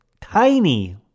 tiny